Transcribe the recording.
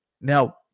Now